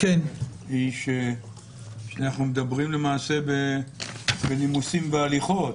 היא שאנחנו מדברים למעשה בנימוסים והליכות.